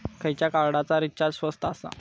खयच्या कार्डचा रिचार्ज स्वस्त आसा?